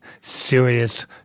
serious